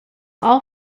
all